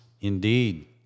Indeed